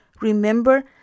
Remember